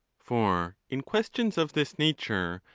for in questions of this nature,